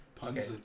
Puns